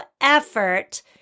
effort